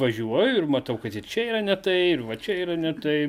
važiuoju ir matau kad ir čia yra ne tai ir va čia yra ne taip